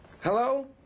Hello